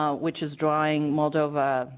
um which is drying moldova